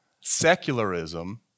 secularism